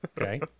Okay